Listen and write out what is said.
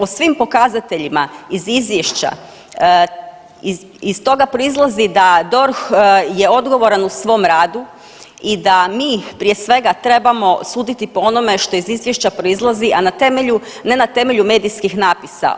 O svim pokazateljima iz izvješća, iz toga proizlazi da DORH je odgovoran u svom radu i da mi prije svega trebamo suditi po onome što iz izvješća proizlazi, a na temelju, ne na temelju medijskih natpisa.